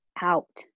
out